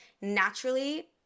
naturally